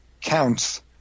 counts